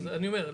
אני אומר,